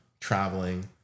traveling